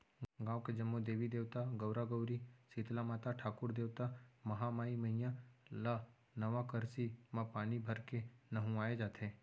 गाँव के जम्मो देवी देवता, गउरा गउरी, सीतला माता, ठाकुर देवता, महामाई मईया ल नवा करसी म पानी भरके नहुवाए जाथे